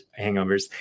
hangovers